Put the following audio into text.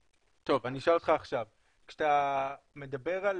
כשאתה מדבר על